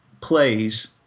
plays